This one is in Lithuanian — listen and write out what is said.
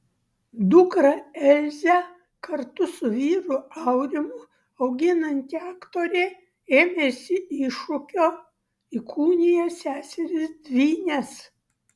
dukrą elzę kartu su vyru aurimu auginanti aktorė ėmėsi iššūkio įkūnija seseris dvynes